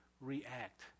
react